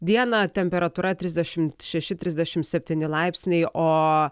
dieną temperatūra trisdešimt šeši trisdešimt septyni laipsniai o